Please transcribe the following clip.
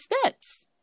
steps